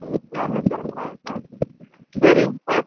இரநூத்தி அறுபது ரூபாயா சார் சரிங்க சார்